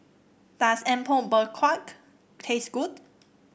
does Apom Berkuah taste good